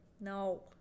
no